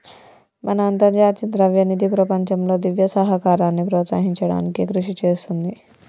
మన అంతర్జాతీయ ద్రవ్యనిధి ప్రపంచంలో దివ్య సహకారాన్ని ప్రోత్సహించడానికి కృషి చేస్తుంది